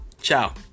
Ciao